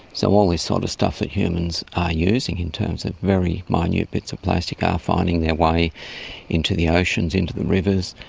so all this sort of stuff that humans are using in terms of very minute bits of plastic are finding their way into the oceans, into the rivers.